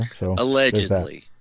Allegedly